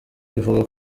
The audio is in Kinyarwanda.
bivuga